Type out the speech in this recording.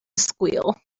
squeal